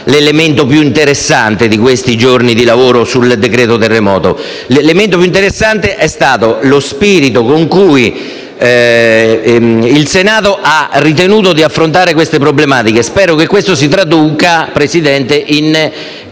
l'elemento più interessante di questi giorni di lavoro sul decreto terremoto, cioè lo spirito con cui il Senato ha ritenuto di affrontare queste problematiche. Spero che ciò si traduca, Presidente, in